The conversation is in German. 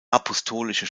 apostolische